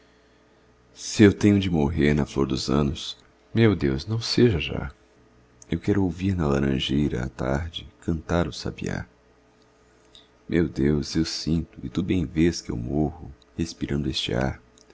se eu tenho de morrer na flor dos anos meu deus não seja já eu quero ouvir na laranjeira à tarde cantar o sabiá meu deus eu sinto e tu bem vês que eu morro respirando este ar